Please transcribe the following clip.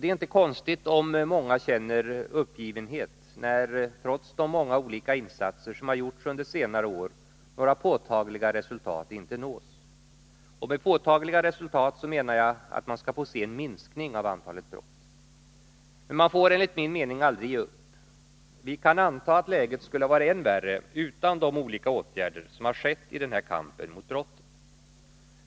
Det är inte konstigt om många känner uppgivenhet när, trots de många olika insatser som gjorts under senare år, några påtagliga resultat inte nås. Och med påtagliga resultat menar jag att man skall få se en minskning av antalet brott. Men man får enligt min mening aldrig ge upp. Vi kan anta att läget skulle ha varit än värre utan de olika åtgärder som vidtagits i denna kamp mot brotten.